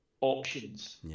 options